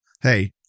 hey